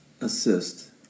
assist